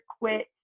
quit